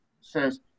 says